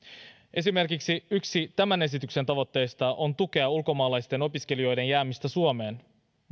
esimerkiksi yksi tämän esityksen tavoitteista on tukea ulkomaalaisten opiskelijoiden jäämistä suomeen